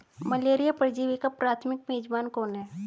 Malaria परजीवी का प्राथमिक मेजबान कौन है?